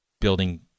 building